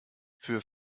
für